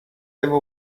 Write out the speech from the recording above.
ever